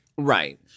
Right